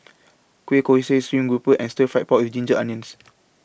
Kueh Kosui Stream Grouper and Stir Fry Pork with Ginger Onions